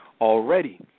already